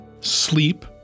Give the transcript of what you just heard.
sleep